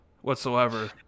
Whatsoever